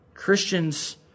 Christians